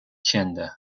kände